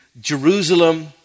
Jerusalem